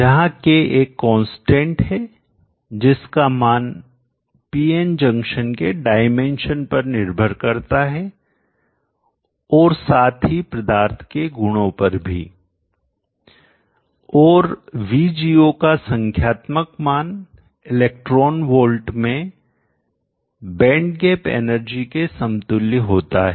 जहां K एक constant है जिसका मान पीएन जंक्शन के डाइमेंशन पर निर्भर करता है और साथ ही पदार्थ के गुणों पर भी और VGO का संख्यात्मक मान इलेक्ट्रॉन वोल्ट में बैंड गैप एनर्जी के समतुल्य होता है